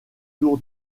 tour